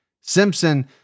Simpson